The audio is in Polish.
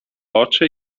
oczy